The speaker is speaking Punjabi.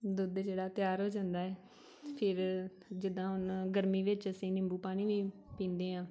ਦੁੱਧ ਜਿਹੜਾ ਤਿਆਰ ਹੋ ਜਾਂਦਾ ਹੈ ਫਿਰ ਜਿੱਦਾਂ ਹੁਣ ਗਰਮੀ ਵਿੱਚ ਅਸੀਂ ਨਿੰਬੂ ਪਾਣੀ ਵੀ ਪੀਂਦੇ ਹਾਂ